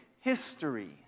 history